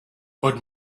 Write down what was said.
but